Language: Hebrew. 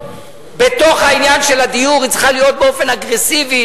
בתוך העניין של הדיור היא צריכה להיות באופן אגרסיבי,